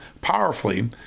powerfully